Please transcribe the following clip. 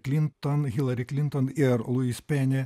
klinton hillary klinton ir luis peni